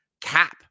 cap